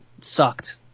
sucked